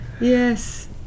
Yes